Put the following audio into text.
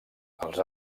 els